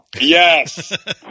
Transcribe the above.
Yes